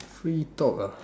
free talk ah